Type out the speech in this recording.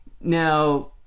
now